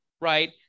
right